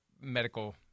medical